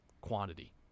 quantity